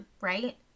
right